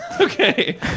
Okay